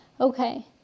Okay